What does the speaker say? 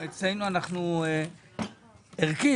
ערכית,